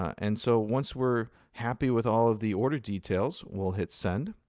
and so once we're happy with all of the order details, we'll hit send.